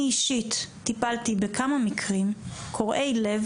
אני אישית טיפלתי בכמה מקרים קורעי לב